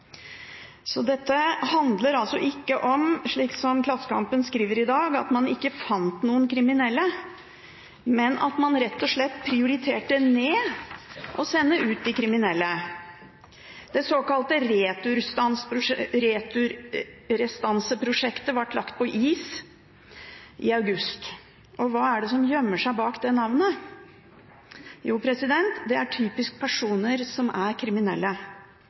Dette handler altså ikke om, som Klassekampen skriver i dag, at man ikke fant noen kriminelle, men om at man rett og slett nedprioriterte å sende ut de kriminelle. Det såkalte returrestanseprosjektet ble lagt på is i august. Hva er det som gjemmer seg bak det navnet? Jo, det er typisk personer som er kriminelle,